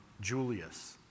Julius